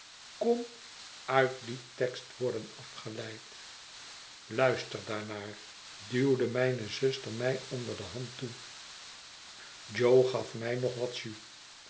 kon uit dien tekst worden afgeleid luister daarnaar duwde mijne zuster mij onder de hand toe jo gaf mij nog wat jus